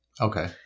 Okay